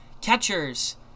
catchers